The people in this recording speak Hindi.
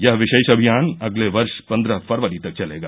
यह विशेष अभियान अगले वर्ष पन्द्रह फरवरी तक चलेगा